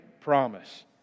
promise